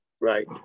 right